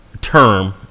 term